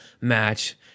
match